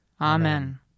Amen